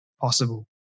possible